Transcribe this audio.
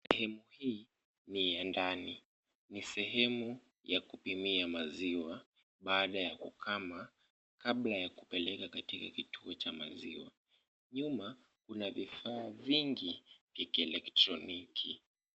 Sehemu hii ni ya ndani. Ni sehemu ya kupimia maziwa baada ya kukama kabla ya kupeleka katika kituo cha maziwa. Nyuma kuna vifaa vingi vya kielektroniki.